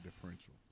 differential